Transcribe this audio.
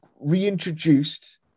reintroduced